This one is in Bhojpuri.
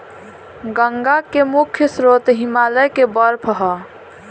गंगा के मुख्य स्रोत हिमालय के बर्फ ह